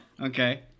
Okay